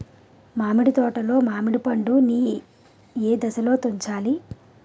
మామిడి తోటలో మామిడి పండు నీ ఏదశలో తుంచాలి?